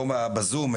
לא בזום,